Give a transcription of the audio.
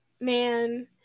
man